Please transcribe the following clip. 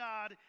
God